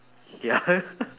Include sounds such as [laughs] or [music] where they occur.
ya [laughs]